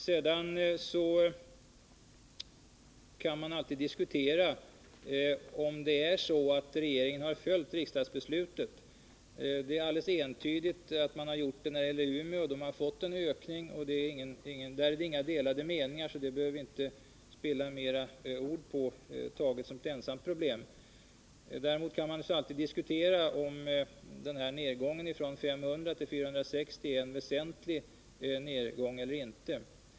Sedan kan man alltid diskutera om regeringen har följt riksdagsbeslutet. Den har gjort det när det gäller Umeå, där utbildningskapaciteten skall ökas. Om det råder inga delade meningar, så det behöver vi inte spilla fler ord på. Däremot kan man diskutera om minskningen av utbildningskapaciteten från 500 till 460 platser är väsentlig eller inte.